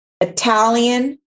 Italian